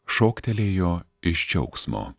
šoktelėjo iš džiaugsmo